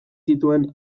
zituen